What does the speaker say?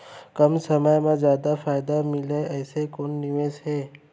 कम समय मा जादा फायदा मिलए ऐसे कोन निवेश हे?